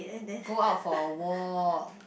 go out for a walk